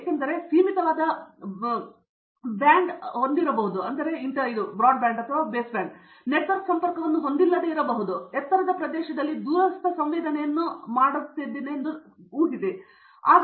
ಏಕೆಂದರೆ ನಾನು ಸೀಮಿತವಾದ ಬ್ಯಾಂಡ್ ಅಗಲವನ್ನು ಹೊಂದಿರಬಹುದು ಮತ್ತು ನೆಟ್ವರ್ಕ್ ಸಂಪರ್ಕವನ್ನು ಹೊಂದಿಲ್ಲದಿರಬಹುದು ನಾನು ಎತ್ತರದ ಪ್ರದೇಶದಲ್ಲಿ ದೂರಸ್ಥ ಸಂವೇದನೆಯನ್ನು ಮಾಡುತ್ತಿದ್ದೇನೆ ಎಂದು ಹೇಳಿ